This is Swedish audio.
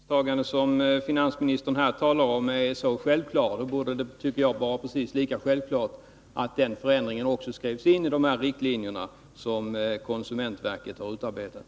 Herr talman! Om det ställningstagande som finansministern här talar om är så självklart, borde det vara precis lika självklart att denna förändring skrevs in i de riktlinjer som konsumentverket har utarbetat.